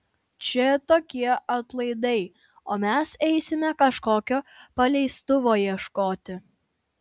čia tokie atlaidai o mes eisime kažkokio paleistuvio ieškoti